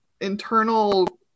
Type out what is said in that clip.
internal